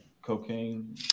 Cocaine